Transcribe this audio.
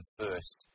first